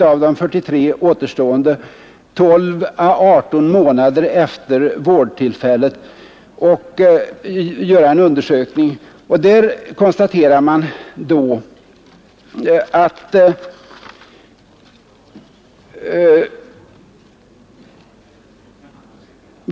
Av de 43 återstående ungdomarna lyckades man få tag i 39 för efterundersökning 12—18 månader efter vårdtillfället.